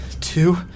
two